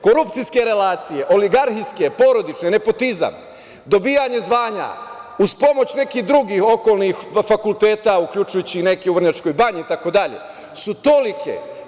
Korupcijske relacije, oligarhijske, porodične, nepotizam, dobijanje zvanja uz pomoć nekih drugih okolnih fakulteta, uključujući i neke u Vrnjačkoj banji itd, su tolike.